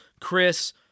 chris